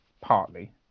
partly